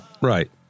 Right